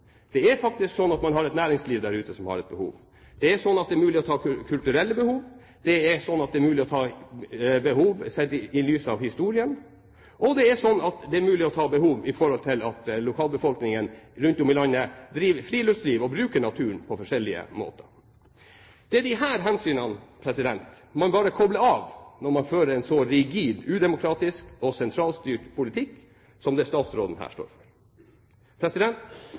Man har faktisk et næringsliv der ute som har et behov. Det er mulig å møte kulturelle behov, det er mulig å møte behov sett i lys av historien, og det er mulig å møte lokalbefolkningens behov for friluftsliv og bruk av naturen på forskjellige måter rundt om i landet. Det er disse hensynene man bare kobler av når man fører en så rigid, udemokratisk og sentralstyrt politikk som den statsråden her står